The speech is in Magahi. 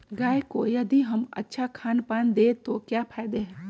गाय को यदि हम अच्छा खानपान दें तो क्या फायदे हैं?